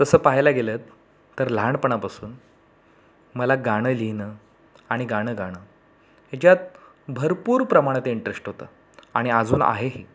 तसं पाहायला गेलं तर लहाणपणापासून मला गाणं लिहिणं आणि गाणं गाणं हेच्यात भरपूर प्रमाणात इंटरेश्ट होतं आणि आजून आहेही